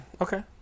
okay